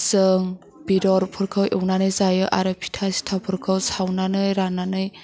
जों बेदरफोरखौ एवनानै जायो आरो फिथा सिथावफोरखौ सावनानै राननानै